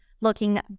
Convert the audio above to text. looking